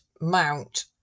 mount